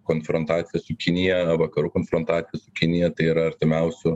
konfrontacija su kinija vakarų konfrontacija su kinija tai yra artimiausių